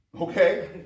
okay